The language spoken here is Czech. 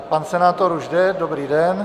Pan senátor už jde, dobrý den.